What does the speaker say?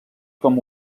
com